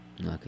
Okay